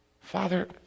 Father